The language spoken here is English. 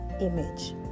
image